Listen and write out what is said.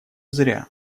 зря